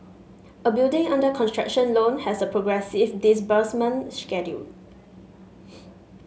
a building under construction loan has a progressive disbursement schedule